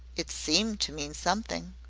it seemed to mean something.